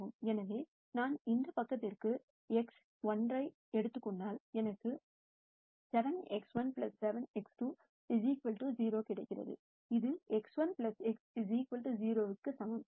எனவே நான் இந்த பக்கத்திற்கு X1 ஐ எடுத்துக் கொண்டால் எனக்கு 7 X1 7X2 0 கிடைக்கிறது இது X1 X 0 க்கு சமம்